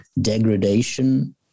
degradation